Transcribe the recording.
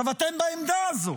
אתם בעמדה הזו,